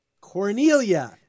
Cornelia